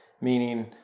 meaning